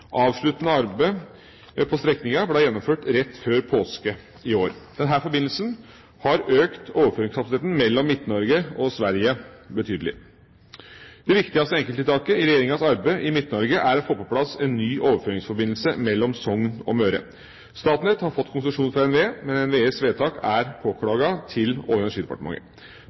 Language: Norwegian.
Avsluttende arbeid på strekningen ble gjennomført rett for påske i år. Denne forbindelsen har økt overføringskapasiteten mellom Midt-Norge og Sverige betydelig. Det viktigste enkelttiltaket i regjeringas arbeid i Midt-Norge er å få på plass en ny overføringsforbindelse mellom Sogn og Møre. Statnett har fått konsesjon fra NVE, men NVEs vedtak er påklagd til Olje- og energidepartementet.